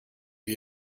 you